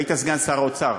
היית סגן שר האוצר.